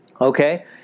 Okay